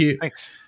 Thanks